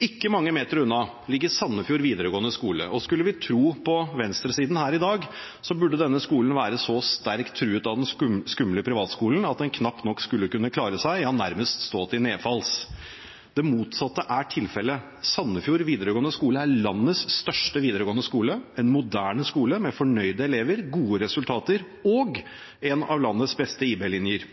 Ikke mange meter unna ligger Sandefjord videregående skole. Skulle vi tro på venstresiden her i dag, burde denne skolen være så sterkt truet av den skumle privatskolen at den knapt nok skulle kunne klare seg – ja, nærmest stå til nedfalls. Det motsatte er tilfellet. Sandefjord videregående skole er landets største videregående skole – en moderne skole med fornøyde elever, gode resultater og en av landets beste IB-linjer.